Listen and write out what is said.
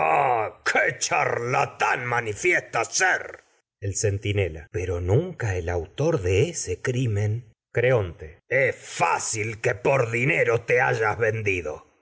qué charlatán pero nunca manifiestas ser autor centinela el de ese crimen creonte es fácil el que por dinero te hayas vendido